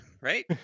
right